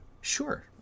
sure